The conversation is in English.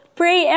pray